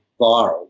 viral